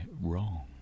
wrong